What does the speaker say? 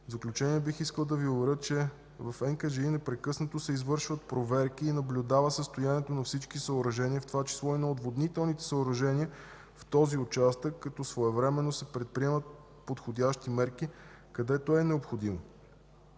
В заключение, бих искал да Ви уверя, че в НКЖИ непрекъснато се извършват проверки и наблюдава състоянието на всички съоръжения, в това число и на отводнителните съоръжения в този участък, като своевременно се предприемат подходящи мерки, където е необходимо,